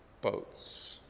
boats